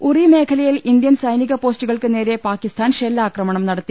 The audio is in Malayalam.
ഉറി മേഖലയിൽ ഇന്ത്യൻ സൈനിക പോസ്റ്റുകൾക്ക് നേരെ പാകിസ്ഥാൻ ഷെല്ലാക്രമണം നടിത്തി